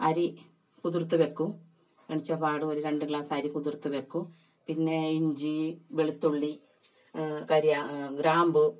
അരി കുതിർത്ത് വയ്ക്കും എണീറ്റപാടെ ഒരു രണ്ട് ഗ്ലാസ് അരി കുതിർത്ത് വയ്ക്കും പിന്നെ ഇഞ്ചി വെളുത്തുള്ളി കരിയാ ഗ്രാമ്പു